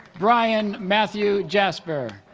brian matthew jasper